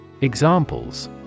Examples